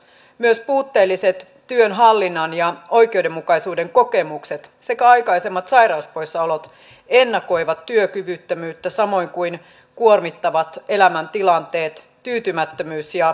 myös puutteelliset työn hallinnan ja oikeudenmukaisuuden kokemukset sekä aikaisemmat sairauspoissaolot ennakoivat työkyvyttömyyttä samoin kuin kuormittavat elämäntilanteet tyytymättömyys ja vihamielisyys